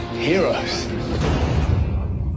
Heroes